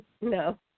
No